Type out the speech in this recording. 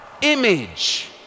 image